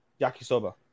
Yakisoba